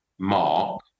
mark